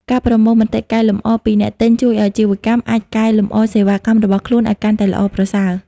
ការប្រមូលមតិកែលម្អ ពីអ្នកទិញ ជួយឱ្យអាជីវកម្មអាចកែលម្អសេវាកម្មរបស់ខ្លួនឱ្យកាន់តែល្អប្រសើរ។